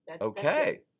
Okay